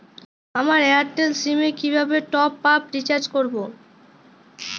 আমার Airtel SIM এ কিভাবে টপ আপ রিচার্জ করবো?